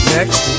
Next